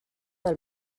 del